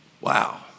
Wow